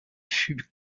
fut